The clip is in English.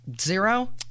Zero